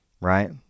Right